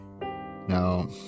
now